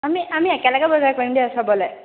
আমি আমি একেলগে বজাৰ কৰিম দে চবলে